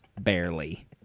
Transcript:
Barely